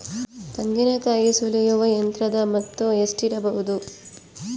ತೆಂಗಿನಕಾಯಿ ಸುಲಿಯುವ ಯಂತ್ರದ ಮೊತ್ತ ಎಷ್ಟಿರಬಹುದು?